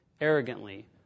arrogantly